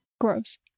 Gross